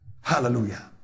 Hallelujah